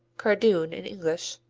cardoon in english,